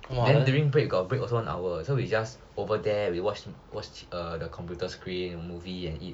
then during break got break also got one hour so we just over there we watch watch the computer screen movie and eat